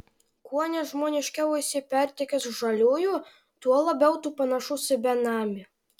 kuo nežmoniškiau esi pertekęs žaliųjų tuo labiau tu panašus į benamį